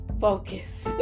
focus